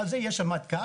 מעל זה יש רמטכ"ל.